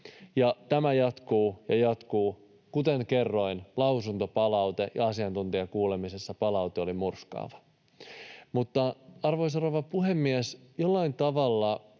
tämä jatkuu ja jatkuu — kuten kerroin, lausuntopalaute ja asiantuntijakuulemisessa palaute oli murskaava. Arvoisa rouva puhemies! Jollain tavalla